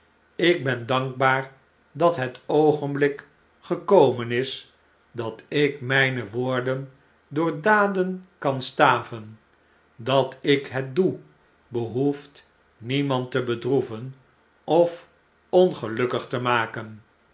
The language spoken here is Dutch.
ik ben dankbaar dat het oogenblik gekomen is dat ik mh'ne woorden door daden kan staven dat ik het doe behoeft niemand te bedroeven of ongelukkig te maken